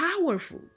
powerful